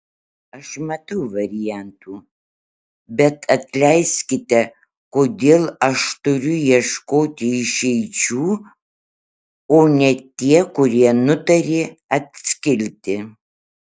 aš matau variantų bet atleiskite kodėl aš turiu ieškoti išeičių o ne tie kurie nutarė atskilti